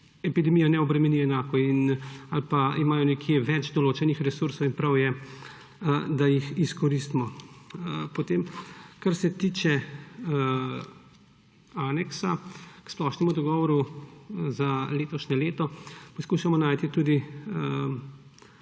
epidemija ne obremeni enako ali pa imajo nekje več določenih resursov, in prav je, da jih izkoristimo. Kar se tiče aneksa k splošnemu dogovoru za letošnje leto. Poskušamo najti tudi